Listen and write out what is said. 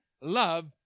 love